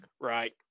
Right